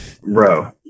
Bro